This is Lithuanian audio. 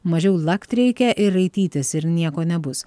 mažiau lakt reikia ir raitytis ir nieko nebus